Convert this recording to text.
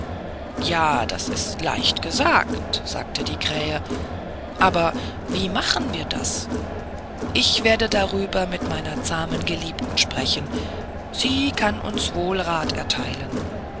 ja das ist leicht gesagt sagte die krähe aber wie machen wir das ich werde darüber mit meiner zahmen geliebten sprechen sie kann uns wohl rat erteilen